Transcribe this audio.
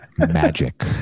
magic